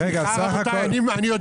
זה ממש לא מידתי, לא מידתי.